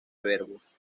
verbos